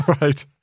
Right